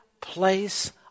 place